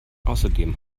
außerdem